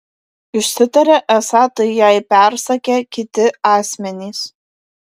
išsitarė esą tai jai persakę kiti asmenys